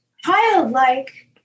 childlike